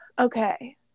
Okay